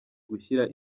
gushyira